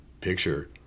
picture